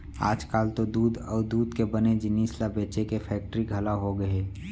आजकाल तो दूद अउ दूद के बने जिनिस ल बेचे के फेक्टरी घलौ होगे हे